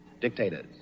dictators